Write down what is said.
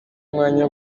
umwanya